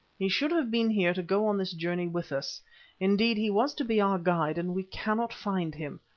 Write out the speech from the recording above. he should have been here to go on this journey with us indeed, he was to be our guide and we cannot find him.